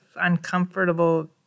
uncomfortable